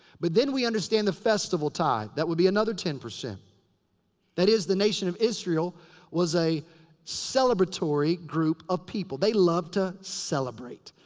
but then we understand the festival tithe. that would be another ten. that is, the nation of israel was a celebratory group of people. they loved to celebrate.